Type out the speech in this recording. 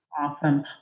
Awesome